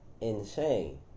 insane